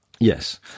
Yes